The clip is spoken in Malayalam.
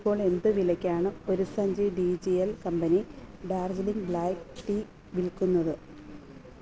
ഇപ്പോൾ എന്ത് വിലയ്ക്കാണ് ഒരു സഞ്ചി T G L company Darjeeling black tea വിൽക്കുന്നത്